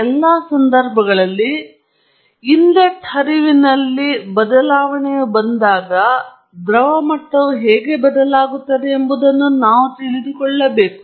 ಎಲ್ಲಾ ಸಂದರ್ಭಗಳಲ್ಲಿ ಇನ್ಲೆಟ್ ಹರಿವಿನಲ್ಲಿ ಬದಲಾವಣೆಯು ಬಂದಾಗ ದ್ರವ ಮಟ್ಟವು ಹೇಗೆ ಬದಲಾಗುತ್ತದೆ ಎಂಬುದನ್ನು ನಾವು ತಿಳಿದುಕೊಳ್ಳಬೇಕು